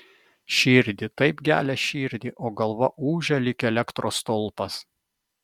širdį taip gelia širdį o galva ūžia lyg elektros stulpas